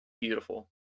beautiful